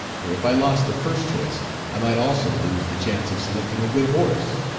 for if i lost the first choice i might also lose the chance of selecting a good horse.